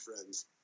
friends